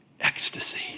ecstasy